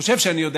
חושב שאני יודע,